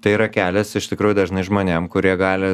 tai yra kelias iš tikrųjų dažnai žmonėm kurie gali